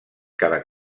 cada